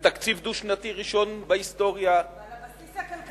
טוב שלא אמרת ממשלת,